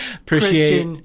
Appreciate